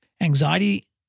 anxiety